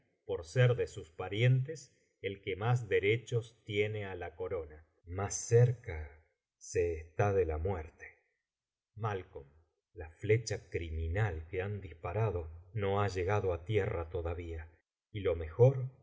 por ser de sus parientes el que más derechos tiene á la corona más cerca se está de la muerte la flecha criminal que han disparado no ha llegado atierra todavía y lo mejor